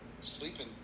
sleeping